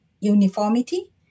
uniformity